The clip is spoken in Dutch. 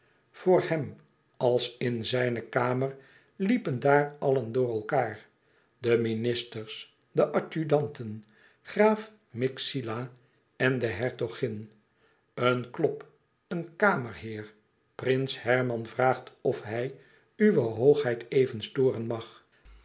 voor hem als in zijne kamer liepen daar allen door elkaâr de ministers de adjudanten graaf myxila en de hertogin een klop een kamerheer prins herman vraagt of hij uwe hoogheid even storen mag